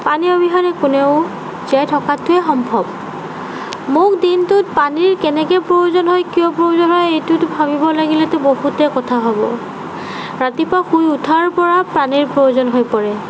পানী অবিহনে কোনেও জীয়াই থকাটোৱে সম্ভৱ মোক দিনটোত পানীৰ কেনেকৈ প্ৰয়োজন হয় কিয় প্ৰয়োজন হয় এইটোতো ভাবিব লাগিলেতো বহুতেই কথা হ'ব ৰাতিপুৱা শুই উঠাৰ পৰা পানীৰ প্ৰয়োজন হৈ পৰে